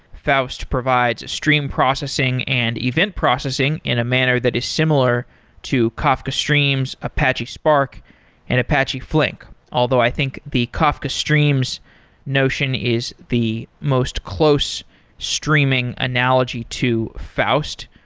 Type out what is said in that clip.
faust provides stream processing and event processing in a manner that is similar to kafka streams, apache spark and apache flink, although i think the kafka streams notion is the most close streaming analogy to faust.